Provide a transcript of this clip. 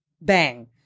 bang